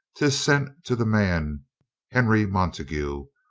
tis sent to the man henry montagu,